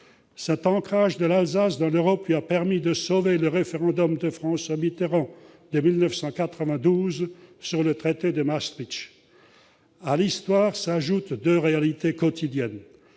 Cet ancrage de l'Alsace dans l'Europe lui a permis de sauver le référendum de François Mitterrand sur le traité de Maastricht en 1992. À l'histoire s'ajoutent deux réalités quotidiennes